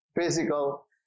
physical